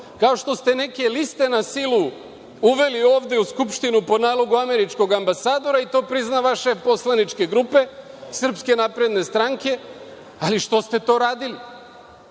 Kao što ste neke liste na silu uveli ovde u Skupštinu po nalogu američkog ambasadora i to prizna vaš šef poslaničke grupe SNS, ali što ste to radili?